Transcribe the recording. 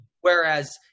whereas